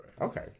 Okay